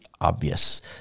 obvious